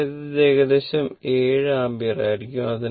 അതായത് ഇത് ഏകദേശം 7 ആമ്പിയർ ആയിരിക്കും